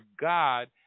God